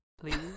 please